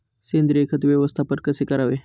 सेंद्रिय खत व्यवस्थापन कसे करावे?